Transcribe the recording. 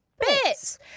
bits